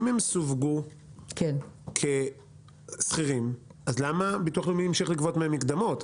אם הם סווגו כשכירים אז למה ביטוח לאומי המשיך לגבות מהם מקדמות.